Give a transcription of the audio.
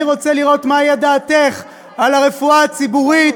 אני רוצה לראות מה דעתך על המחאה הציבורית.